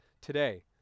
today